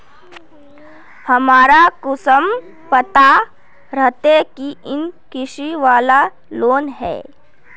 हमरा कुंसम पता रहते की इ कृषि वाला लोन है?